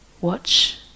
Watch